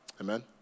Amen